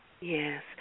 Yes